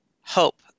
hope